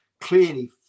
clearly